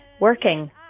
working